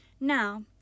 Now